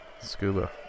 Scuba